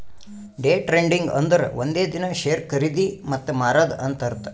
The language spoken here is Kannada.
ಡೇ ಟ್ರೇಡಿಂಗ್ ಅಂದುರ್ ಒಂದೇ ದಿನಾ ಶೇರ್ ಖರ್ದಿ ಮತ್ತ ಮಾರಾದ್ ಅಂತ್ ಅರ್ಥಾ